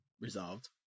Resolved